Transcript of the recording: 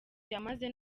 yamaze